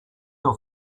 your